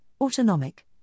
autonomic